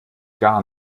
gar